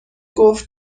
گفت